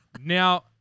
Now